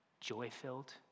joy-filled